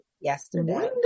yesterday